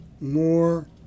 more